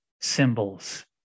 symbols